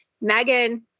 Megan